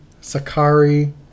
Sakari